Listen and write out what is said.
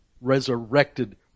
resurrected